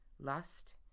lust